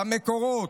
במקורות,